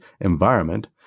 environment